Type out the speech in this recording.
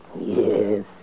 Yes